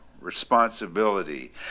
responsibility